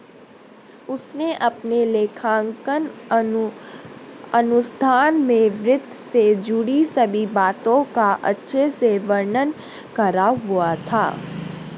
उसने अपने लेखांकन अनुसंधान में वित्त से जुड़ी सभी बातों का अच्छे से वर्णन करा हुआ था